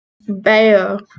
Bear